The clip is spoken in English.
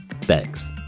Thanks